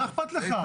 מה אכפת לך?